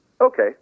okay